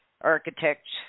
architects